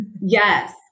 Yes